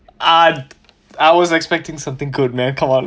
I'd I was expecting something good man come on